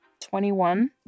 21